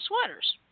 sweaters